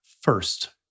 First